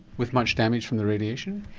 with much damage from the radiation?